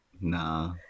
Nah